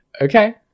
Okay